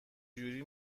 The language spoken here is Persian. جوری